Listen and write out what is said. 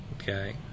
Okay